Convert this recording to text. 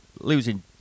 losing